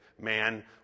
man